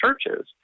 churches